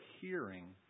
hearing